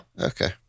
Okay